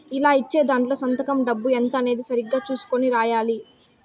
ఇలా ఇచ్చే దాంట్లో సంతకం డబ్బు ఎంత అనేది సరిగ్గా చుసుకొని రాయాలి